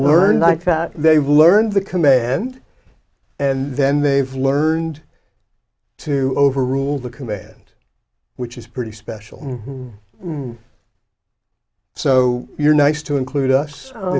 learned that they've learned the command and then they've learned to overrule the command which is pretty special so you're nice to include us